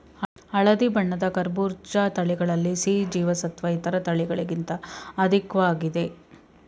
ಹಳದಿ ಬಣ್ಣದ ಕರ್ಬೂಜ ತಳಿಗಳಲ್ಲಿ ಸಿ ಜೀವಸತ್ವ ಇತರ ತಳಿಗಳಿಗಿಂತ ಅಧಿಕ್ವಾಗಿದೆ